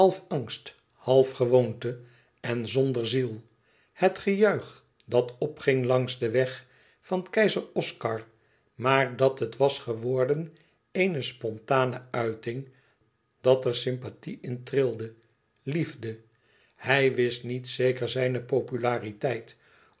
angst half gewoonte en zonder ziel het gejuich dat opging langs den weg van keizer oscar maar dat het was geworden eene spontane uiting dat er sympathie in trilde liefde hij wist niet zeker zijne populariteit